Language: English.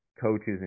coaches